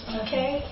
okay